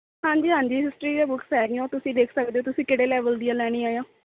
ਹਾਂਜੀ ਹਾਂਜੀ ਹਿਸਟਰੀ ਦੀਆਂ ਬੁੱਕਸ ਹੈਗੀਆਂ ਉਹ ਤੁਸੀਂ ਦੇਖ ਸਕਦੇ ਹੋ ਤੁਸੀਂ ਕਿਹੜੇ ਲੈਵਲ ਦੀਆਂ ਲੈਣੀਆਂ ਆ